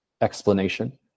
explanation